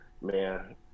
man –